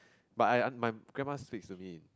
but I I my grandma speaks to me in